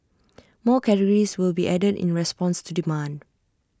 more categories will be added in response to demand